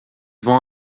vão